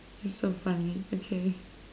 you're so funny okay